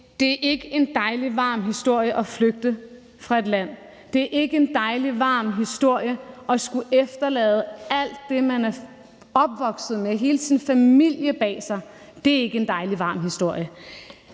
at det ikke er en dejlig, varm historie at flygte fra et land. Det er ikke en dejlig, varm historie at skulle efterlade alt det, man er opvokset med, efterlade hele sin familie bag sig, det er ikke en dejlig, varm historie.